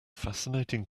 fascinating